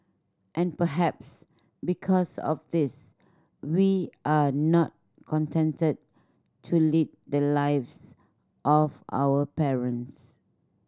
and perhaps because of this we are not contented to lead the lives of our parents